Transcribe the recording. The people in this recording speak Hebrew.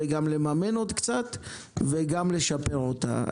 גם לממן עוד קצת וגם לשפר אותה.